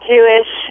Jewish